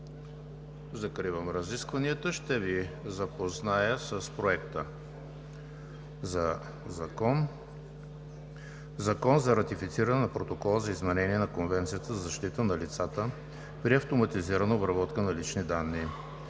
Закривам разискванията. Ще Ви запозная с: „Проект! ЗАКОН за ратифициране на Протокола за изменение на Конвенцията за защита на лицата при автоматизираната обработка на лични данни